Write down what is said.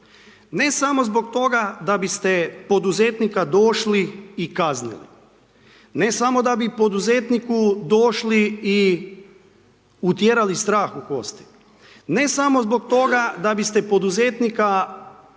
Ne samo zbog toga da biste poduzetnika došli i kaznili, ne samo da bi poduzetniku došli i utjerali strah u kosti, ne samo zbog toga da biste poduzetnika u